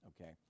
okay